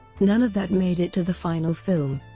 none of that made it to the final film.